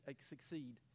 succeed